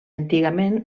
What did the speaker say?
antigament